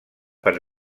per